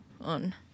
on